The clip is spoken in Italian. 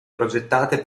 progettate